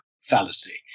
fallacy